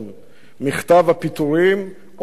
מכתב הפיטורים או צו-8,